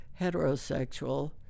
heterosexual